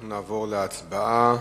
נעבור להצבעה.